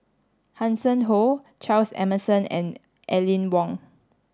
Hanson Ho Charles Emmerson and Aline Wong